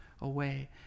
away